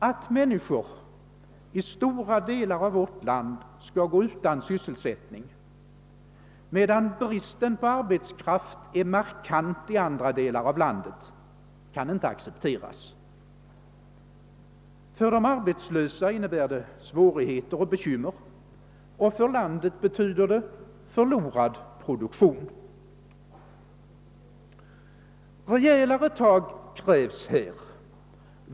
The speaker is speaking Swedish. Att människor i stora delar av vårt land skall gå utan sysselsättning, medan bristen på arbetskraft är markant i andra delar av landet, kan inte accepteras. För de arbetslösa innebär det svårigheter och bekymmer, och för landet betyder det förlorad produktion. Rejälare tag krävs här.